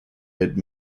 mid